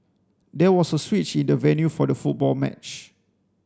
there was a switch in the venue for the football match